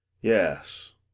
Yes